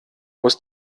muss